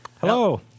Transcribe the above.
hello